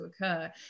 occur